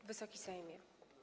Wysoki Sejmie!